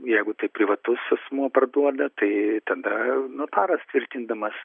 jeigu tai privatus asmuo parduoda tai tada notaras tvirtindamas